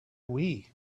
wii